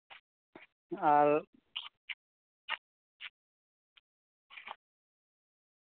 ᱟᱨ